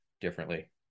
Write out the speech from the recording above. differently